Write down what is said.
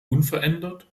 unverändert